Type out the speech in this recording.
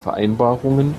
vereinbarungen